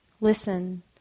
Listen